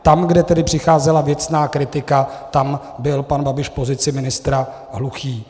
Tam, kde tedy přicházela věcná kritika, tam byl pan Babiš v pozici ministra hluchý.